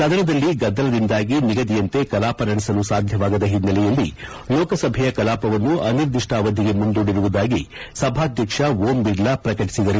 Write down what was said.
ಸದನದಲ್ಲಿ ಗದ್ದಲದಿಂದಾಗಿ ನಿಗದಿಯಂತೆ ಕಲಾಪ ನಡೆಸಲು ಸಾಧ್ಯವಾಗದ ಹಿನ್ನೆಲೆಯಲ್ಲಿ ಲೋಕಸಭೆಯ ಕಲಾಪವನ್ನು ಅನಿರ್ದಿಷ್ಲ ಅವಧಿಗೆ ಮುಂದೂಡಿರುವುದಾಗಿ ಸಭಾಧ್ಯಕ್ಷ ಓಂ ಬಿರ್ಲಾ ಪ್ರಕಟಿಸಿದರು